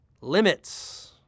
limits